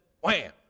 wham